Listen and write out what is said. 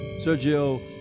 Sergio